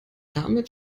damit